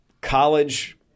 college